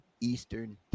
Eastern